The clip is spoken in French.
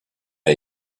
ont